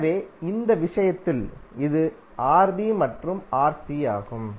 எனவே இந்த விஷயத்தில் இது Rb மற்றும் Rc ஆகும்